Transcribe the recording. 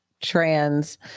trans